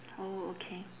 oh okay